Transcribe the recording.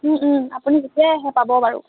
আপুনি যেতিয়াই আহে পাব বাৰু